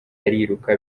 ariruka